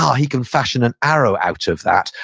he can fashion an arrow out of that,